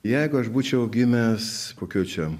jeigu aš būčiau gimęs kokioj čia